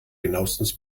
genauestens